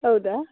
ಹೌದಾ